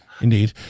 Indeed